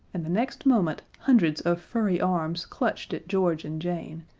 and the next moment hundreds of furry arms clutched at george and jane,